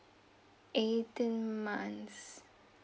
eighteen months